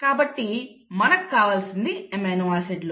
కాబట్టి మనకు కావలసినది అమైనో ఆసిడ్లు